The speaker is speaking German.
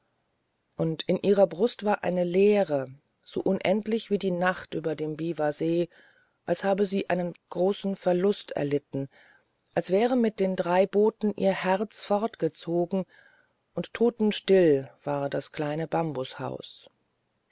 und in ihrer brust war eine leere so unendlich wie die nacht über dem biwasee als habe sie einen großen verlust erlitten als wäre mit den drei booten ihr herz fortgezogen und totenstill war das kleine